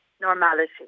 normality